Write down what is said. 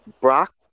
Brock